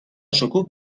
شکوه